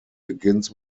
begins